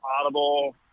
audible